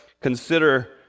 consider